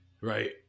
right